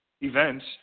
events